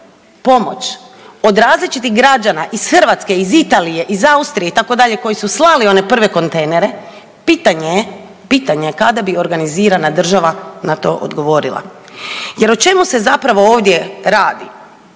pomoć od različitih građana iz Hrvatske, iz Italije, iz Austrije itd. koji su slali one prve kontejnere pitanje je, pitanje je kada bi organizirana država na to odgovorila. Jer o čemu se zapravo ovdje radi?